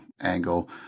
angle